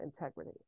integrity